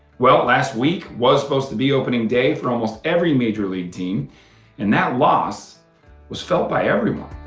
well, last week was supposed to be opening day for almost every major league team and that loss was felt by everyone.